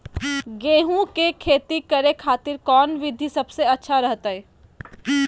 गेहूं के खेती करे खातिर कौन विधि सबसे अच्छा रहतय?